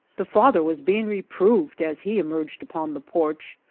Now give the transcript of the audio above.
the father was being reproved, as he emerged upon the porch,